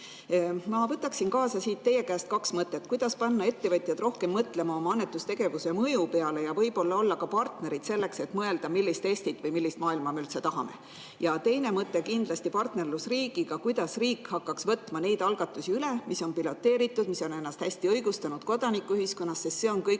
võtaksin siit teie käest kaasa kaks mõtet. Kuidas panna ettevõtjad rohkem mõtlema oma annetustegevuse mõju peale ja võib-olla olla ka partnerid selleks, et mõelda, millist Eestit või millist maailma me üldse tahame? Ja teine mõte kindlasti partnerlusriigiga, kuidas riik hakkaks võtma neid algatusi üle, mis on piloteeritud, mis on ennast hästi õigustanud kodanikuühiskonnas, sest see on kõige